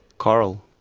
coral.